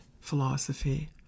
philosophy